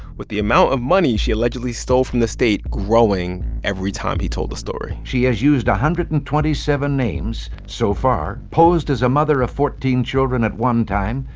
with the amount of money she allegedly stole from the state growing every time he told the story she has used one hundred and twenty seven names so far, posed as a mother of fourteen children at one time,